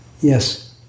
Yes